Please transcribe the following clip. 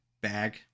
bag